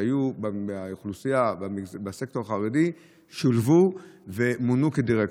שהיו מהסקטור החרדי שולבו ומונו כדירקטורים.